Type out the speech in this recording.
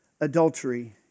adultery